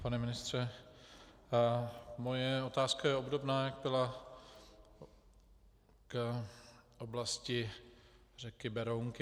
Pane ministře, moje otázka je obdobná, jako byla k oblasti řeky Berounky.